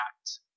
act